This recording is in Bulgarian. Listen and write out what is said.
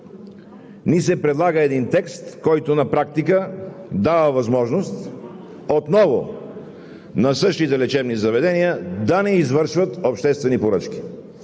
ни се предлага един текст, който на практика дава възможност отново на същите лечебни заведения да не извършват обществени поръчки.